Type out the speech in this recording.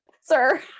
Sir